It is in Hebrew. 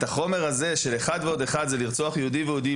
החומר הזה של אחד ועוד אחד זה לרצוח יהודי ויהודי,